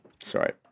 Sorry